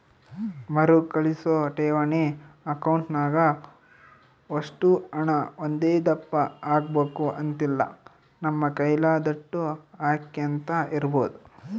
ಮರುಕಳಿಸೋ ಠೇವಣಿ ಅಕೌಂಟ್ನಾಗ ಒಷ್ಟು ಹಣ ಒಂದೇದಪ್ಪ ಹಾಕ್ಬಕು ಅಂತಿಲ್ಲ, ನಮ್ ಕೈಲಾದೋಟು ಹಾಕ್ಯಂತ ಇರ್ಬೋದು